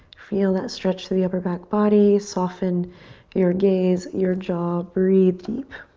feel that stretch through the upper back body. soften your gaze, your jaw, breathe deep.